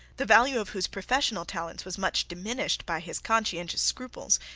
the value of whose professional talents was much diminished by his conscientious scruples,